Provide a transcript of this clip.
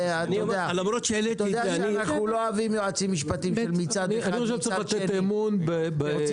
אני רוצה להגיד משהו קצר בהמשך